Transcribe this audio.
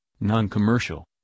Non-Commercial